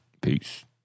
Peace